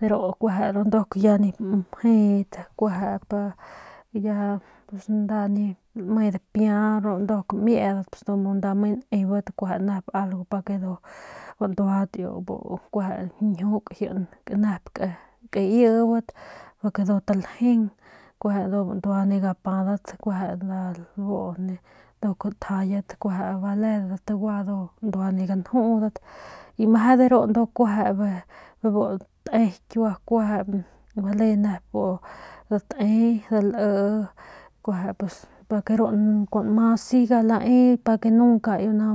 te ru nduk ya nip mje kuejep ya nip lame dipia ru mieudat pus lame nda nebat algo banduadat ndu njiuk kaibat ndu taljeung kueje ndu bandua ne gapadat nduk tjayat baledat gua bandua ne ganjudat y meje de ru kueje bebu date kiua bale nep date daii pake ru kueje siga kuanma lae nunca nau